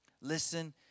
Listen